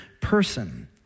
person